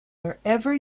wherever